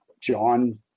John